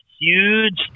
Huge